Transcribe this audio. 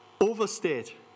overstate